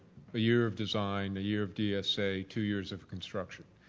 a year of design, a year of dsa, two years of construction.